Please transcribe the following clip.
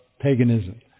paganism